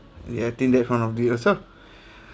ya I think that's one of the also